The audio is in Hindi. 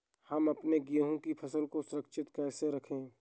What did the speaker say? हम अपने गेहूँ की फसल को सुरक्षित कैसे रखें?